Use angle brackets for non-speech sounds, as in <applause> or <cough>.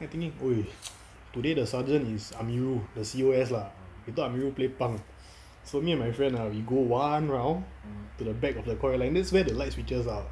then I think !oi! <noise> today the sergeant is amirul the C_O_S ah we thought amirul play punk so me and my friend ah we go one round to the back of the coy line that's where the light switches are